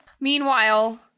Meanwhile